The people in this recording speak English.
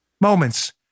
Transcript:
moments